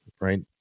right